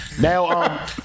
now